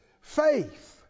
Faith